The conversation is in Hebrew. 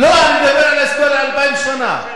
לא, אני מדבר על ההיסטוריה, אלפיים שנה.